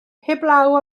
heblaw